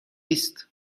است